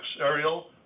Ariel